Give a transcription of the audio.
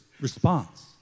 response